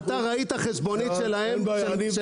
אתה ראית חשבונית שלהם?